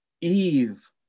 Eve